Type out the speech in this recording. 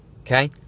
Okay